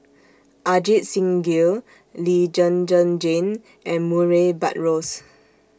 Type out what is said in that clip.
Ajit Singh Gill Lee Zhen Zhen Jane and Murray Buttrose